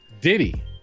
Diddy